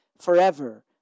forever